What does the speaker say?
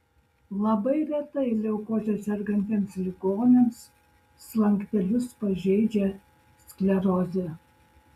labai retai leukoze sergantiems ligoniams slankstelius pažeidžia sklerozė